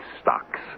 stocks